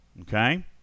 Okay